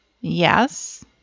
Yes